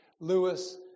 Lewis